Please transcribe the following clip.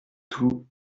tous